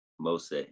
Mose